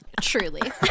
truly